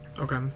Okay